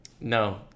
No